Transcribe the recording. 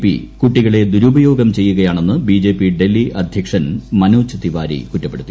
P കുട്ടികളെ ദുരുപയോഗം ചെയ്യുകയാണെന്ന് ബിജെപി ഡൽഹി അദ്ധ്യക്ഷൻ മനോജ് തിവാരി കുറ്റപ്പെടുത്തി